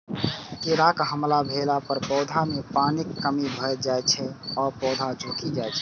कीड़ाक हमला भेला पर पौधा मे पानिक कमी भए जाइ छै आ पौधा झुकि जाइ छै